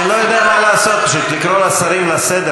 אני לא יודע מה לעשות, לקרוא את השרים לסדר?